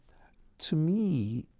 to me,